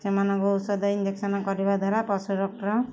ସେମାନଙ୍କ ଔଷଧ ଇଞ୍ଜେକ୍ସନ୍ କରିବା ଦ୍ୱାରା ପଶୁ ଡକ୍ଟର୍